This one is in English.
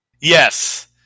Yes